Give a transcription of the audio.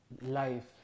life